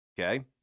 Okay